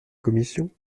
commission